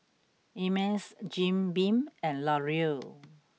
Ameltz Jim Beam and Laurier